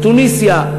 תוניסיה,